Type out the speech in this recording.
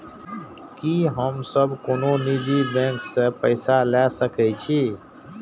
की हम सब कोनो निजी बैंक से पैसा ले सके छी?